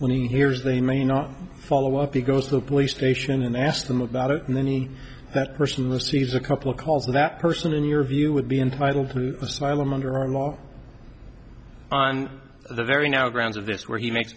when he hears they may not follow up he goes to the police station and ask them about it and then he that person receives a couple calls and that person in your view would be entitled to asylum under our law on the very now grounds of this where he make